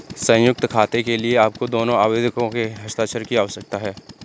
संयुक्त खाते के लिए आपको दोनों आवेदकों के हस्ताक्षर की आवश्यकता है